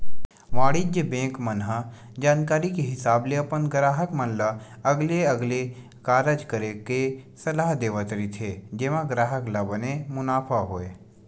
वाणिज्य बेंक मन ह जानकारी के हिसाब ले अपन गराहक मन ल अलगे अलगे कारज करे के सलाह देवत रहिथे जेमा ग्राहक ल बने मुनाफा होय